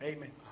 Amen